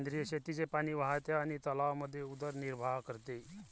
सेंद्रिय शेतीचे पाणी वाहते आणि तलावांमध्ये उदरनिर्वाह करते